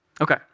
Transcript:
Okay